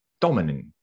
dominant